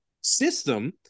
system